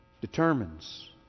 determines